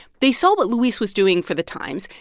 they saw what luis was doing for the times.